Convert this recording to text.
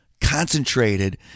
concentrated